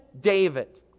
David